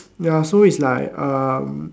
ya so it's like um